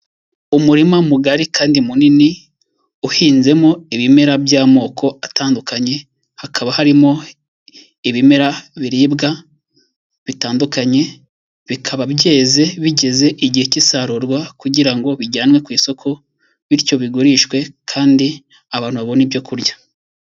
Umurima mugari kandi munini uhinzemo ibimera by'amoko atandukanye hakaba harimo ibimera biribwa bitandukanye bikaba byeze bigeze igihe k'isarurwa kugira ngo bijyanwe ku isoko bityo bigurishwe kandi abantu babone ibyo kurya.